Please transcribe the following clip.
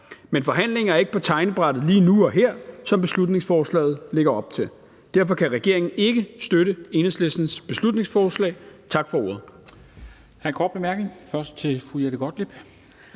Men forhandlinger er ikke på tegnebrættet lige nu og her, som beslutningsforslaget lægger op til. Derfor kan regeringen ikke støtte Enhedslistens beslutningsforslag. Tak for ordet.